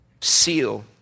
seal